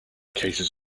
cases